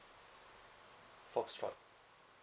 foxtrot